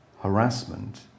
harassment